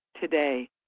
today